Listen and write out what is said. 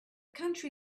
country